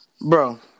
Bro